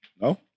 No